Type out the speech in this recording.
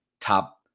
top